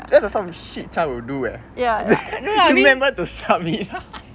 that's the some shit shaan will do eh remember to submit